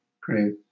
Great